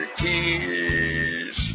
keys